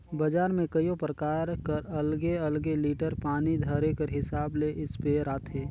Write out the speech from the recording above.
बजार में कइयो परकार कर अलगे अलगे लीटर पानी धरे कर हिसाब ले इस्पेयर आथे